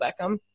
Beckham